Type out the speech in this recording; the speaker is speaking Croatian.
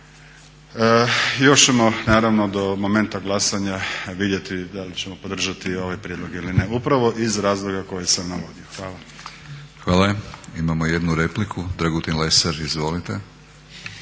Još ćemo naravno do momenta glasanja vidjeti da li ćemo podržati ovaj prijedlog ili ne, upravo iz razloga koje sam navodio. Hvala. **Batinić, Milorad (HNS)** Hvala. Imamo jednu repliku, Dragutin Lesar. Izvolite.